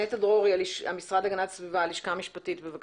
נטע דרורי, הלשכה המשפטית, המשרד להגנת הסביבה.